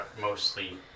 mostly